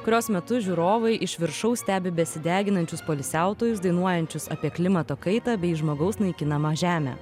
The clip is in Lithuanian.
kurios metu žiūrovai iš viršaus stebi besideginančius poilsiautojus dainuojančius apie klimato kaitą bei žmogaus naikinamą žemę